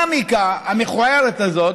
לדינמיקה המכוערת הזאת,